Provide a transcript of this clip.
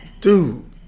Dude